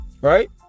right